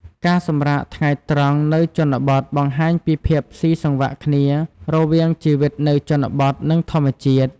ការសម្រាកថ្ងៃត្រង់នៅជនបទបង្ហាញពីភាពសុីសង្វាក់គ្នារវាងជីវិតនៅជនបទ និងធម្មជាតិ។